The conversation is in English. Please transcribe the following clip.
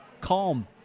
calm